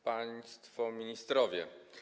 Państwo Ministrowie!